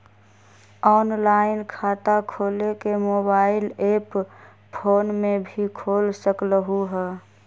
Online खाता खोले के मोबाइल ऐप फोन में भी खोल सकलहु ह?